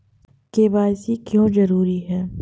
KYC क्यों जरूरी है?